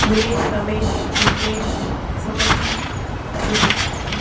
Dinesh Ramesh Vignesh Sumathi Shruti